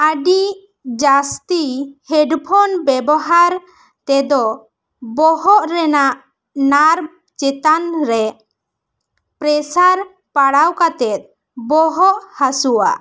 ᱟᱹᱰᱤ ᱡᱟᱹᱥᱛᱤ ᱦᱮᱰᱯᱷᱚᱱ ᱵᱮᱵᱽᱦᱟᱨ ᱛᱮᱫᱚ ᱵᱚᱦᱚᱜ ᱨᱮᱱᱟᱜ ᱱᱟᱨᱵᱷ ᱪᱮᱛᱟᱱ ᱨᱮ ᱯᱨᱮᱥᱟᱨ ᱯᱟᱲᱟᱣ ᱠᱟᱛᱮᱜᱮ ᱵᱚᱦᱚᱜ ᱦᱟᱹᱥᱩᱣᱟ